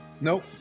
Nope